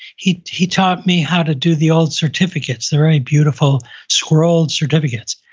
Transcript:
he he taught me how to do the old certificates, the very beautiful scrolled certificates.